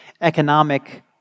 economic